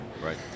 Right